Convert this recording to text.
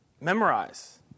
memorize